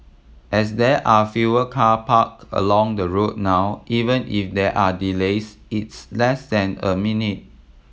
as there are fewer car park along the road now even if there are delays it's less than a minute